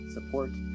support